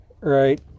Right